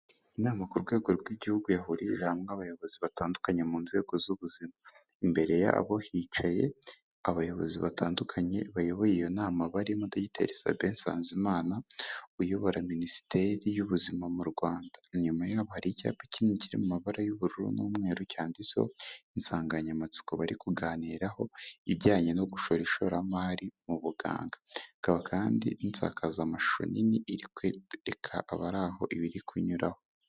Inama ku rwego rw'igihugu yahurije hamwe abayobozi batandukanye mu nzego z'ubuzima, imbere y'abo hicaye abayobozi batandukanye bayoboye iyo nama barimo dogiteri Sabin NSANZIMANA uyobora minisiteri y'ubuzima mu Rwanda. Nyuma y'aho hari icyapa kinini kirimo amabara y'ubururu n'umweru cyanditseho insanganyamatsiko bari kuganiraho ijyanye no gushora ishoramari mu buganga hakaba kandi insakazamashusho nini iri kwerekana abari aho ibiri kunyuraho.